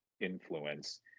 influence